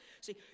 See